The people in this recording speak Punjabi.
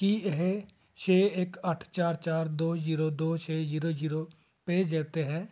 ਕੀ ਇਹ ਛੇ ਇੱਕ ਅੱਠ ਚਾਰ ਚਾਰ ਦੋ ਜ਼ੀਰੋ ਦੋ ਛੇ ਜ਼ੀਰੋ ਜ਼ੀਰੋ ਪੇਜ਼ੈਪ 'ਤੇ ਹੈ